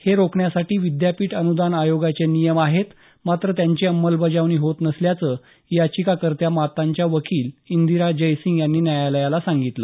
हे रोखण्यासाठी विद्यापीठ अनुदान आयोगाचे नियम आहेत मात्र त्याची अंमलबजावणी होत नसल्याचं याचिकाकर्त्या मातांच्या वकील इंदिरा जयसिंग यांनी न्यायालयाला सांगितलं